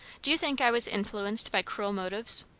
do you think i was influenced by cruel motives?